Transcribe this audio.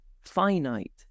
finite